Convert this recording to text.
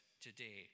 today